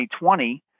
2020